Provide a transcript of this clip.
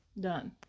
Done